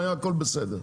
היה הכל בסדר.